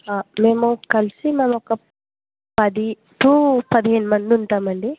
మేము కలిసి మేము ఒక పది టు పదిహేను మంది ఉంటాం అండి